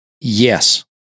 Yes